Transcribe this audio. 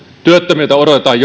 työttömiltä odotetaan